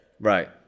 right